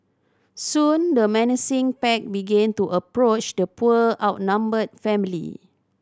soon the menacing pack began to approach the poor outnumbered family